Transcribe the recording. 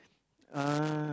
uh